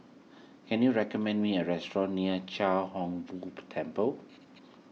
can you recommend me a restaurant near Chia Hung Boo Temple